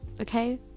okay